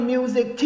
Music